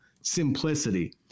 Simplicity